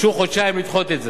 ביקשו חודשיים לדחות את זה.